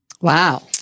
Wow